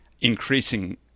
increasing